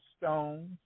stones